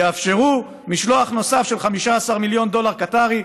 יאפשרו "משלוח נוסף של 15 מיליון דולר קטארי,